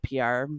PR